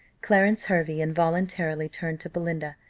clarence hervey involuntarily turned to belinda,